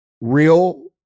real